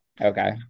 okay